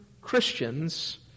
Christians